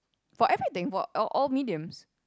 for everything for all all mediums